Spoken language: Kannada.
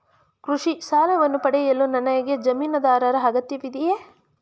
ಕೃಷಿ ಸಾಲವನ್ನು ಪಡೆಯಲು ನನಗೆ ಜಮೀನುದಾರರ ಅಗತ್ಯವಿದೆಯೇ?